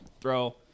throw